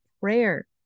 prayer